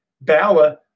Bala